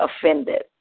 offended